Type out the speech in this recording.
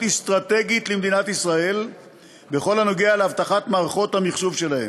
אסטרטגית למדינת ישראל בכל הנוגע לאבטחת מערכות המחשוב שלהם.